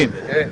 כן.